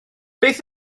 beth